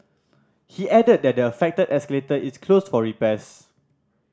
he added that the affected escalator is closed for repairs